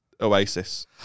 oasis